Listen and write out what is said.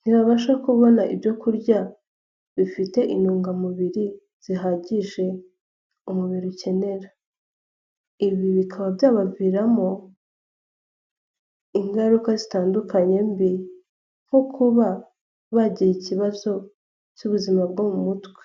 ntibabasha kubona ibyo kurya bifite intungamubiri zihagije umubiri ukenera, ibi bikaba byabaviramo ingaruka zitandukanye mbi nko kuba bagira ikibazo cy'ubuzima bwo mu mutwe.